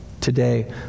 today